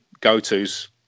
go-to's